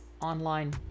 online